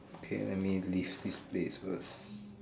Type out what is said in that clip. okay let me leave this place first